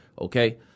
Okay